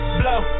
blow